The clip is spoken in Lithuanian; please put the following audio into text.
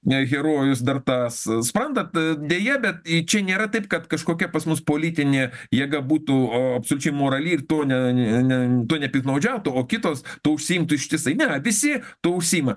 ne herojus dar tas suprantat deja bet į čia nėra taip kad kažkokia pas mus politinė jėga būtų o absoliučiai morali ir tu ne ne nen tuo nepiktnaudžiautų o kitos tuo užsiimtų ištisai ne visi tuo užsiima